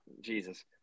Jesus